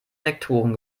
sektoren